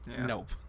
nope